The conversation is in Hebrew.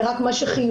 ורק מה שחיוני,